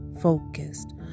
focused